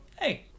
hey